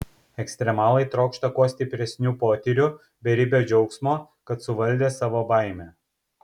ekstremalai trokšta kuo stipresnių potyrių beribio džiaugsmo kad suvaldė savo baimę